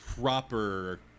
proper